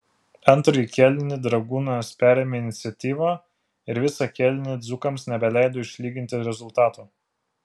antrąjį kėlinį dragūnas perėmė iniciatyvą ir visą kėlinį dzūkams nebeleido išlyginti rezultato